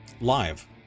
live